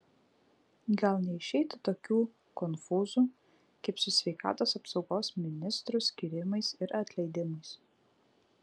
gal neišeitų tokių konfūzų kaip su sveikatos apsaugos ministrų skyrimais ir atleidimais